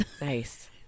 Nice